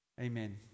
Amen